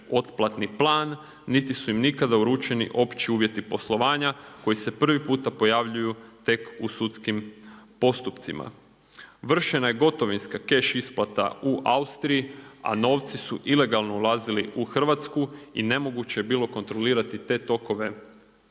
otplatni plan niti su im nikada uručeni opći uvjeti poslovanja koji se prvi puta pojavljuju tek u sudskim postupcima. Vršena je gotovinska cash isplata u Austriji, a novci su ilegalno ulazili u Hrvatsku i nemoguće je bilo kontrolirati te tokove